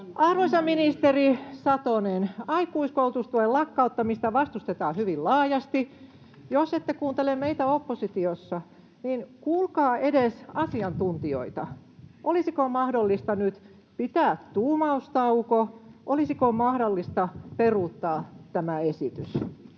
Arvoisa ministeri Satonen, aikuiskoulutustuen lakkauttamista vastustetaan hyvin laajasti. Jos ette kuuntele meitä oppositiossa, niin kuulkaa edes asiantuntijoita. [Perussuomalaisten ryhmästä: Ratkaisuja, ehdotuksia!] Olisiko mahdollista nyt pitää tuumaustauko? Olisiko mahdollista peruuttaa tämä esitys?